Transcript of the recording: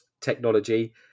technology